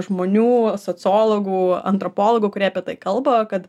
žmonių sociologų antropologų kurie apie tai kalba kad